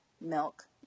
milk